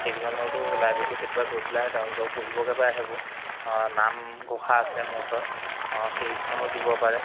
সেইকেইজনেওতো লাইবেৰীতো কেতিয়াবা গৈ পেলাই তেওঁলোকেও পঢ়িবগৈ পাৰে সেইবোৰ নামঘোষা আছে মোৰ ওচৰত সেইখনো দিব পাৰে